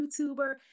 YouTuber